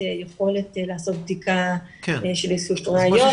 יכולת לעשות בדיקה של איסוף ראיות ו --- כן,